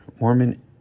Mormon